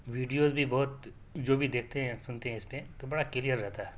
videos بھی بہت جو بھی دیکھتے ہے سنتے ہے اس پہ تو بڑا کلیئر رہتا ہے